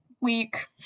week